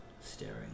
staring